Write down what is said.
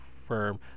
firm